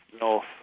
north